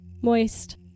Moist